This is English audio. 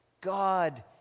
God